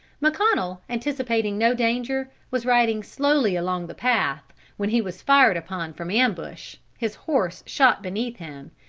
mcconnel, anticipating no danger, was riding slowly along the path, when he was fired upon from ambush, his horse shot beneath him,